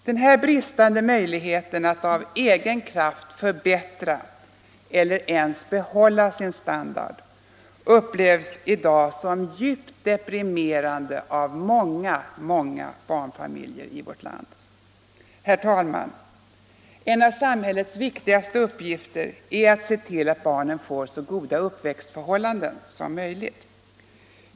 Denna bristande möjlighet att av egen kraft förbättra eller ens behålla sin standard upplevs i dag som djupt deprimerande av många, många barnfamiljer i vårt land. Herr talman! En av samhällets viktigaste uppgifter är att se till att barnen får så goda uppväxtförhållanden som möjligt.